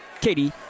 Katie